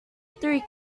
three